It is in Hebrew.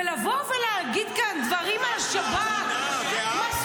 ולבוא ולהגיד כאן דברים על השב"כ --- ואת מאמינה לשטויות האלה?